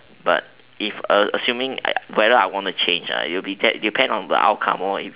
but if assuming I whether I want to change ah it'll be that depend on the outcome lor if